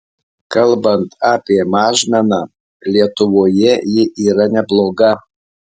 kalbant apie mažmeną lietuvoje ji yra nebloga